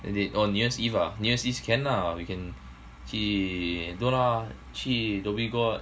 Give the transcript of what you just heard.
then they new year's eve ah new year's eve can lah we can 去很多 lah 去 dhoby ghaut